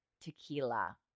Tequila